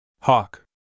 Hawk